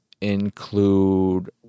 include